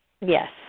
Yes